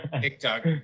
TikTok